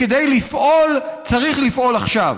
כדי לפעול צריך לפעול עכשיו.